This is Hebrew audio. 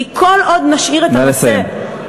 כי כל עוד נשאיר את הנושא, נא לסיים.